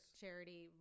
charity